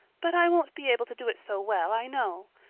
but i won't be able to do it so well, i know.